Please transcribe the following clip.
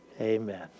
Amen